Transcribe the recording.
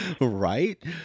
Right